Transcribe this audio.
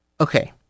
Okay